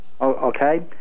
Okay